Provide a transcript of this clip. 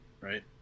right